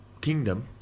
Kingdom